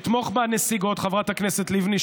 לתמוך בנסיגות, חברת הכנסת לבני.